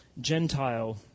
Gentile